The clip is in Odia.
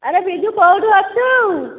ଆରେ ବିଜୁ କେଉଁଠି ଅଛୁ